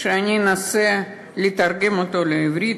אני אנסה לתרגם אותו לעברית,